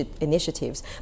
initiatives